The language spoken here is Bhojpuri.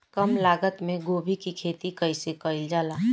कम लागत मे गोभी की खेती कइसे कइल जाला?